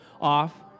off